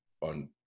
on